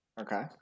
okay